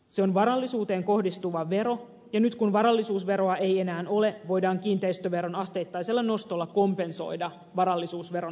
se on varallisuuteen kohdistuva vero ja nyt kun varallisuusveroa ei enää ole voidaan kiinteistöveron asteittaisella nostolla kompensoida varallisuusveron synnyttämää aukkoa